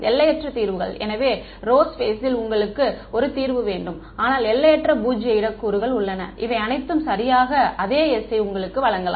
எல்லையற்ற தீர்வுகள் எனவே ரோ ஸ்பேஸி ல் உங்களுக்கு ஒரு தீர்வு வேண்டும் ஆனால் எல்லையற்ற பூஜ்ய இட கூறுகள் உள்ளன இவை அனைத்தும் சரியாக அதே s யை உங்களுக்கு வழங்கலாம்